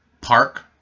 park